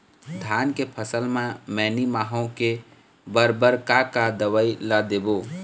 धान के फसल म मैनी माहो के बर बर का का दवई ला देबो?